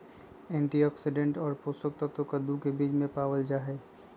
antioxidant और पोषक तत्व कद्दू के बीज में पावल जाहई